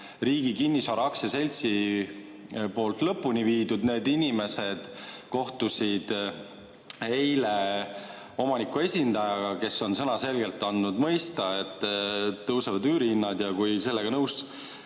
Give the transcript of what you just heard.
Riigi Kinnisvara Aktsiaseltsi poolt lõpuni viidud. Need inimesed kohtusid eile omaniku esindajaga, kes on sõnaselgelt andnud mõista, et üürihinnad tõusevad ja kui sellega nõus